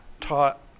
taught